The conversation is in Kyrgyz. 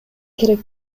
керек